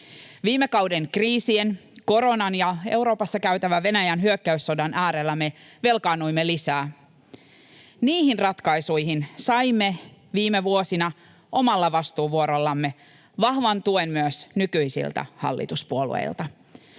Viime kauden kriisien, koronan ja Euroopassa käytävän Venäjän hyökkäyssodan, äärellä me velkaannuimme lisää. Niihin ratkaisuihin saimme viime vuosina omalla vastuuvuorollamme vahvan tuen myös nykyisiltä hallituspuolueilta.